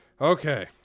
Okay